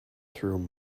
through